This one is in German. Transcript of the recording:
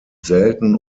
selten